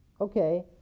okay